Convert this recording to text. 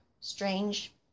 strange